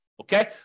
Okay